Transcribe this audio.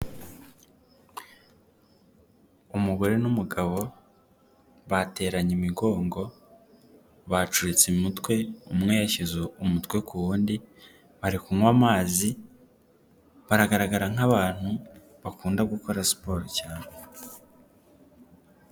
Umugore n'umugabo bateranye imigongo, bacuritse umutwe, umwe yashyize umutwe ku wundi bari kunywa amazi baragaragara nk'abantu bakunda gukora siporo cyane.